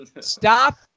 Stop